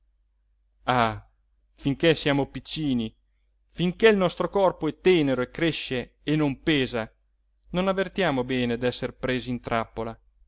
finché siamo piccini finché il nostro corpo è tenero e cresce e non pesa non avvertiamo bene d'esser presi in trappola